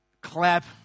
clap